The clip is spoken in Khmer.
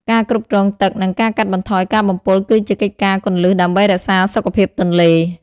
ការគ្រប់គ្រងទឹក និងការកាត់បន្ថយការបំពុលគឺជាកិច្ចការគន្លឹះដើម្បីរក្សាសុខភាពទន្លេ។